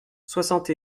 soixante